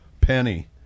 penny